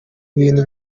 bintu